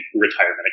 retirement